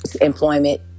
employment